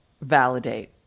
validate